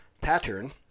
pattern